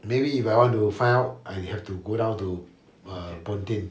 maybe if I want to find out I have to go down to uh pontian